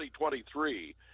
2023